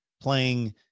playing